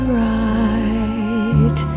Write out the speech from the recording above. right